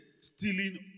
stealing